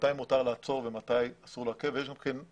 מתי מותר לעצור ומתי אסור לעכב ובחוק